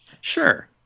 sure